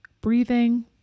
breathing